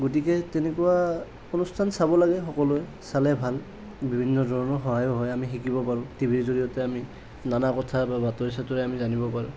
গতিকে তেনেকুৱা অনুষ্ঠান চাব লাগে সকলোৱে চালে ভাল বিভিন্ন ধৰণৰ সহায়ো হয় আমি শিকিব পাৰোঁ টিভিৰ জৰিয়তে আমি নানা কথা বা বাতৰি চাতৰি আমি জানিব পাৰোঁ